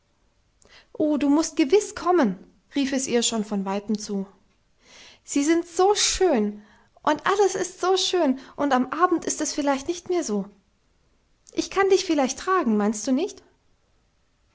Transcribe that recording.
oh du mußt gewiß kommen rief es ihr schon von weitem zu sie sind so schön und alles ist so schön und am abend ist es vielleicht nicht mehr so ich kann dich vielleicht tragen meinst du nicht